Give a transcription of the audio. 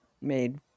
made